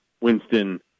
Winston